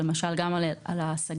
למשל גם על ההשגה,